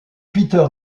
peter